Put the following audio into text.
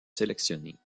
sélectionnées